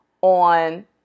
on